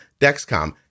Dexcom